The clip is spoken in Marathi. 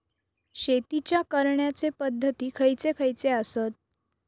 शेतीच्या करण्याचे पध्दती खैचे खैचे आसत?